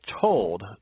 told